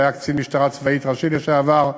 הוא היה קצין משטרה צבאית ראשי לשעבר,